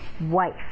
wife